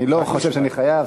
אני לא חושב שאני חייב.